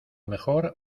mejor